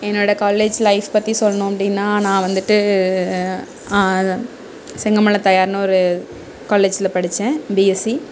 என்னோட college life பற்றி சொல்லணும் அப்படின்னா நான் வந்துட்டு செங்கமலம் தயார்னு ஒரு காலேஜில் படிச்சேன் பிஎஸ்சி